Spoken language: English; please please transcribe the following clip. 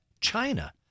China